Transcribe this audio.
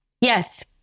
Yes